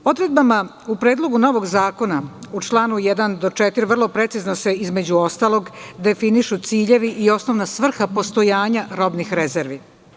Odredbama u Predlogu novog zakona u članu 1. do 4. vrlo precizno se između ostalog definišu ciljevi i osnovna svrha postojanja robnih rezervi.